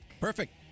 Perfect